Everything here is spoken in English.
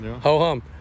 ho-hum